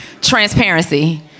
Transparency